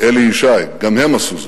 אלי ישי, גם הם עשו זאת.